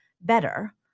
better